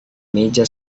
meja